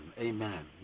amen